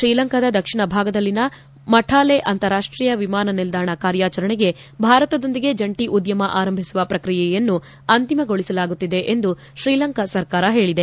ಶ್ರೀಲಂಕಾದ ದಕ್ಷಿಣ ಭಾಗದಲ್ಲಿನ ಮಠಾಲೆ ಅಂತಾರಾಷ್ಷೀಯ ವಿಮಾನ ನಿಲ್ದಾಣ ಕಾರ್ಯಾಚರಣೆಗೆ ಭಾರತದೊಂದಿಗೆ ಜಂಟಿ ಉದ್ಯಮ ಆರಂಭಿಸುವ ಪ್ರಕ್ರಿಯೆಯನ್ನು ಅಖೈರುಗೊಳಿಸುತ್ತಿರುವುದಾಗಿ ಅಲ್ಲಿನ ಸರ್ಕಾರ ಹೇಳಿದೆ